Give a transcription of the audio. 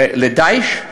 ל"דאעש"?